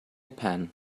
pen